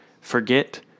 Forget